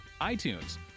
iTunes